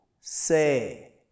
say